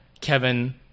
Kevin